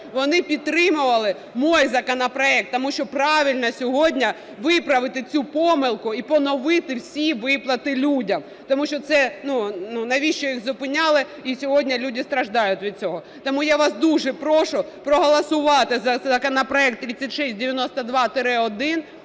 вони підтримували мій законопроект, тому що правильно сьогодні виправити цю помилку і поновити всі виплати людям. Тому що це… Ну, навіщо їх зупиняли і сьогодні люди страждають від цього? Тому я вас дуже прошу проголосувати за законопроект 3692-1,